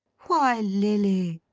why, lilly!